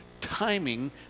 timing